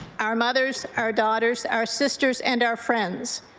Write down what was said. our mothers, our daughters, our sisters and our friends